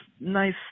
nice